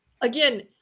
again